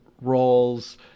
roles